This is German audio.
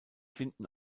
finden